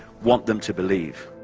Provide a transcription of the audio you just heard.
want them to believe.